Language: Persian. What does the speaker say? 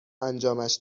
انجامش